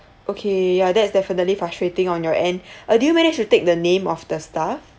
okay yeah that's definitely frustrating on your end uh do you managed to take the name of the staff